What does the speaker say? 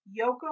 Yoko